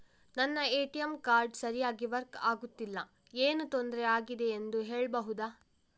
ನನ್ನ ATM card ಸರಿಯಾಗಿ work ಆಗುತ್ತಿಲ್ಲ, ಏನು ತೊಂದ್ರೆ ಆಗಿದೆಯೆಂದು ಹೇಳ್ಬಹುದಾ?